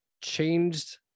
changed